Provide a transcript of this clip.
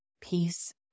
peace